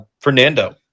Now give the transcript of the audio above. Fernando